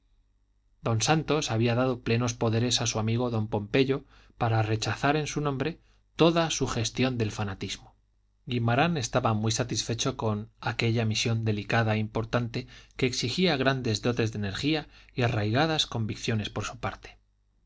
don santos había dado plenos poderes a su amigo don pompeyo para rechazar en su nombre toda sugestión del fanatismo guimarán estaba muy satisfecho con aquella misión delicada e importante que exigía grandes dotes de energía y arraigadas convicciones por su parte